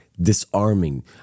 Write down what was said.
disarming